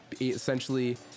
Essentially